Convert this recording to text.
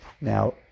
Now